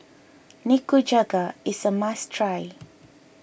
Nikujaga is a must try